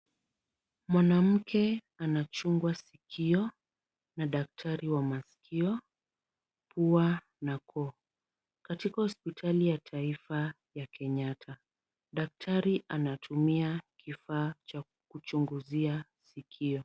Mwanamke anachungwa sikio na daktari wa maskio, pua na koo katika hospitali ya kenyatta. Daktari anatumia kifaa cha kuchunguzia sikio.